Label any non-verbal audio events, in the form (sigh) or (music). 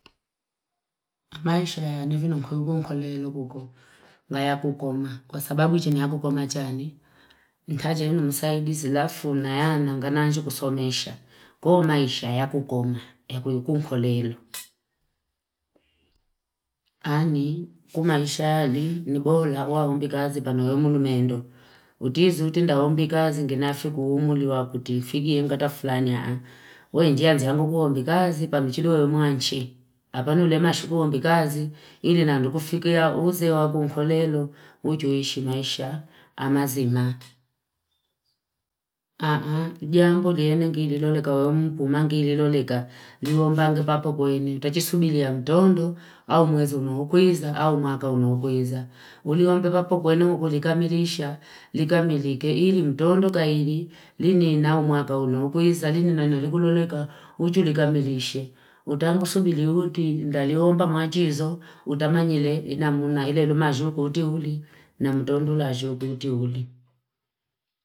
Maisha ya anivino mkuyukumko lelo kuko, nga ya kukoma. Kwa sababu jini ya kukoma chani, nitaja ino msaidizi lafu na yana ngananji kusumesha. Kwa maisha ya kukoma, ya kuyukumko lelo. (noise) Ani, ku maisha yali, ni bola kwa humbi kazi panayomu lumendo. Utizu utinda humbi kazi nginafiku umuli wa kutifigi yengata fulani haa. Wenjianzi hangu humbi kazi panuchiluwe mwanchi. Hapa nulema shuku humbi kazi. Ili nangufikia uzewa kumkulelo. Ujuishi maisha. Amazima. (noise) Ana, jangu lienengili loleka wa umpumangili loleka. (noise) Liwombange papa kwenye. Tachisumili ya mtondo. Aumwezu unokoiza. Aumaka unokoiza. Uliwombe papa kwenye mkuli kamirisha. Likamirike ili mtondo kaili. Lini naumaka unokoiza. Lini nanyoliku loleka. Ujuilikamirisha. Utangusubili uti. Ndalihomba machizo. Utamangile. Inamunahile lumajo kuti huli. Na mtondo lajo kuti huli.